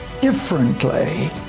differently